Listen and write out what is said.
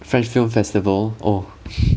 french film festival orh